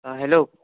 অ' hello